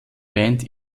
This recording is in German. band